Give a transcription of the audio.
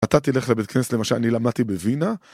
אתה תלך לבית כנסת למה שאני למדתי בווינה